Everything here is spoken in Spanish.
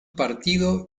partido